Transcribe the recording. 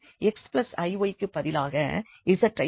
xiy க்கு பதிலாக z ஐப் போடுகிறோம்